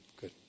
good